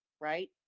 right